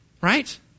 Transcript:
Right